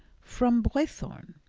from boythorn?